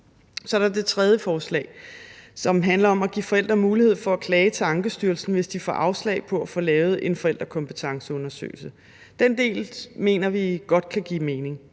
det tredje forslag, som handler om at give forældre mulighed for at klage til Ankestyrelsen, hvis de får afslag på at få lavet en forældrekompetenceundersøgelse. Den del mener vi godt kan give mening.